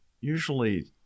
usually